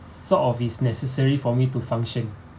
sort of it's necessary for me to function